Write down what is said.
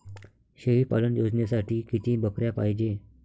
शेळी पालन योजनेसाठी किती बकऱ्या पायजे?